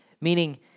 Meaning